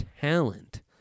talent